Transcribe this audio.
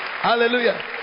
Hallelujah